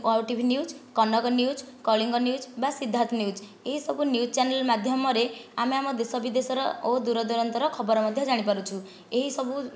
OTV news Kanak news Kalinga news ବା Siddharth news ଏହିସବୁ news channel ମାଧ୍ୟମରେ ଆମେ ଆମ ଦେଶବିଦେଶର ଓ ଦୂରଦୂରାନ୍ତର ଖବର ମଧ୍ୟ ଜାଣିପାରୁଛୁ ଏହିସବୁ